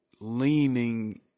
leaning